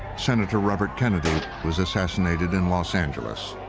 senator robert kennedy was assassinated in los angeles.